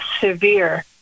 severe